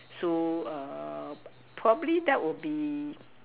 so err probably that will be